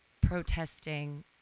protesting